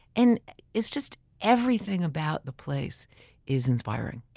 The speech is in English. and it's just everything about the place is inspiring